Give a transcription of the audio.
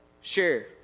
share